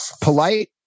polite